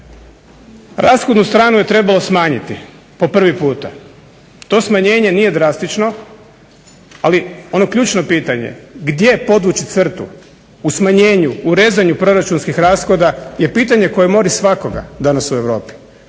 Rashodnu stranu je trebalo smanjiti po prvi puta. To smanjenje nije drastično, ali ono ključno pitanje gdje podvući crtu u smanjenju, u rezanju proračunskih rashoda je pitanje koje mori svakoga danas u Europi.